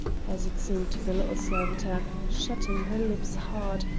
as it seemed to the little servitor, shutting her lips hard,